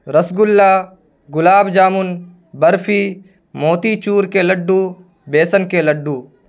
رس گلہ گلاب جامن برفی موتی چور کے لڈو بیسن کے لڈو